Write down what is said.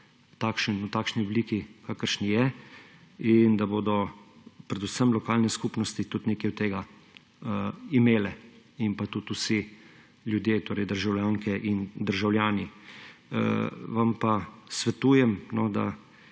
v takšni obliki, kakršen je, in da bodo predvsem lokalne skupnosti tudi nekaj od tega imele in tudi vsi ljudje, torej državljanke in državljani. Vam pa svetujem, da